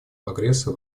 прогресса